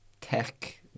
tech